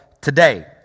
today